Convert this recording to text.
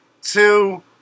Two